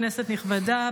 כנסת נכבדה,